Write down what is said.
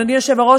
אדוני היושב-ראש,